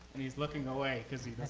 and he's looking away because he